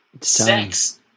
sex